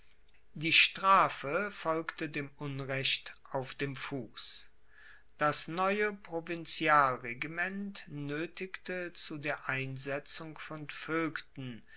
die strafe folgte dem unrecht auf dem fuss das neue provinzialregiment noetigte zu der einsetzung von voegten